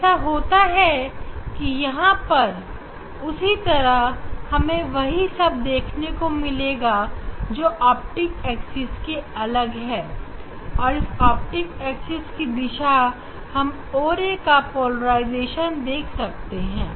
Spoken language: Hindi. ऐसा होता है कि यहां पर उसी तरह हमें वही सब देखने को मिलेगा जो ऑप्टिक एक्सिस के अलग है और इस ऑप्टिक एक्सिस की दिशा में हम o ray का पोलराइजेशन देख सकते हैं